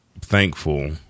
thankful